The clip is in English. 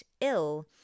ill